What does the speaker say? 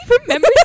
remember